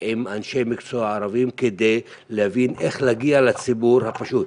עם אנשי מקצוע ערבים כדי להבין איך להגיע לציבור הפשוט.